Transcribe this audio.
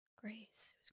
Grace